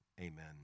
Amen